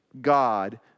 God